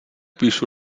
píšu